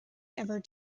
ever